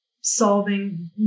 solving